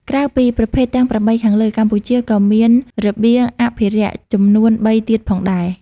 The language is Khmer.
ក្រៅពីប្រភេទទាំង ៨ ខាងលើ កម្ពុជាក៏មានរបៀងអភិរក្សចំនួន ៣ ទៀតផងដែរ។